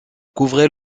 couvrait